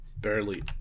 barely